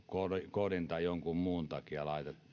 kodin tai jonkun muun takia